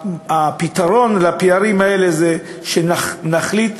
הפתרון לפערים האלה הוא שנחליט,